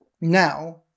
now